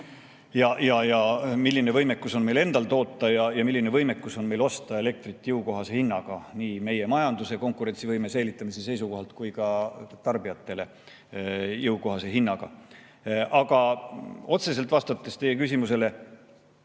milline võimekus on meil endal toota ja milline võimekus on meil osta elektrit jõukohase hinnaga nii meie majanduse konkurentsivõime säilitamise seisukohalt kui ka tarbijatele jõukohase hinnaga. Aga otseselt vastates teie küsimusele: